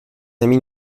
amis